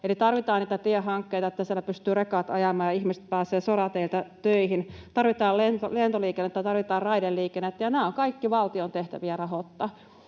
tarvitaan niitä tiehankkeita, että siellä pystyvät rekat ajamaan ja ihmiset pääsevät sorateitä töihin. Tarvitaan lentoliikennettä, tarvitaan raideliikennettä, ja nämä ovat kaikki valtion tehtäviä rahoittaa.